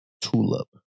Tulip